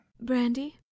brandy